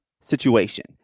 situation